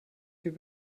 viel